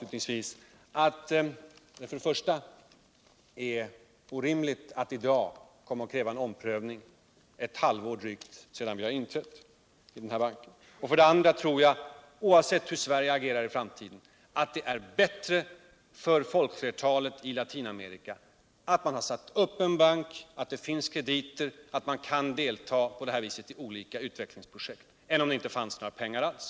Jag menar alltså att det för det första är orimligt att kräva en omprövning i dag, drygt ett halvår efter det att vi inträtt i banken. Jag tror för det andra att det är bättre för folkflertalet i Latinamerika — oavsett hur Sverige agerar i framtiden — att man har satt upp en bank, att det finns krediter att få och att man på detta vis kan finansiera olika utvecklingsprojekt än att det inte finns några pengar alls.